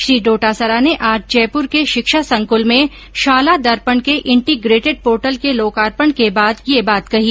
श्री डोटासरा ने आज जयपुर के शिक्षा संकुल में शाला दर्पण के इंटीग्रेटेड पोर्टल के लोकापर्ण के बाद ये बात कहीं